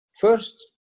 First